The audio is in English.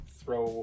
throw